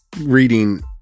reading